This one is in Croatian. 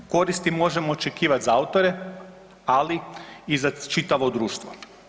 Koristi možemo očekivati za autore, ali i za čitavo društvo.